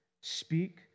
speak